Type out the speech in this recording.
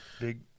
Big